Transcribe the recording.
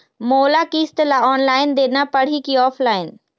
मोला किस्त ला ऑनलाइन देना पड़ही की ऑफलाइन?